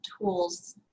tools